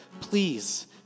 please